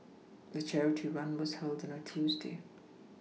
the charity run was held on a Tuesday